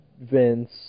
Vince